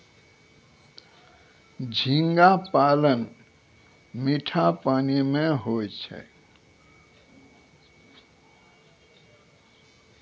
झींगा पालन मीठा पानी मे होय छै